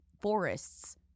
forests